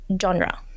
genre